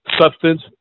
substance